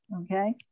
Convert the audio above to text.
okay